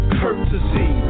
courtesy